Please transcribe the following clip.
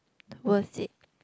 worth it